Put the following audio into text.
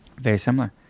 very similar.